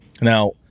Now